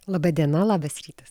laba diena labas rytas